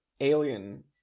alien